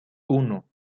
uno